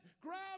Grab